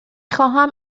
خواهم